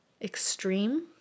extreme